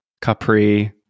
Capri